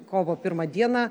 kovo pirmą dieną